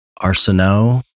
Arsenault